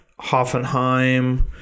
Hoffenheim